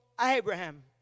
Abraham